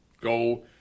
go